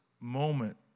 moment